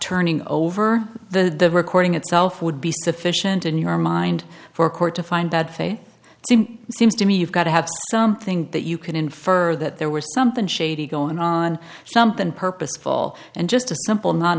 turning over the recording itself would be sufficient in your mind for a court to find that seems to me you've got to have something that you can infer that there was something shady going on something purposeful and just a simple non